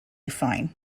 fine